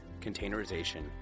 containerization